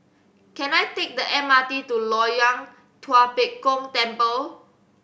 can I take the M R T to Loyang Tua Pek Kong Temple